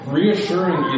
reassuring